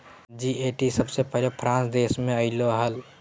GST सबसे पहले France देश मे अइले हल